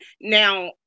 Now